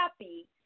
happy